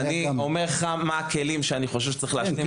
אני אומר לך מה הכלים שאני חושב שצריך להשלים אותם.